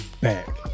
back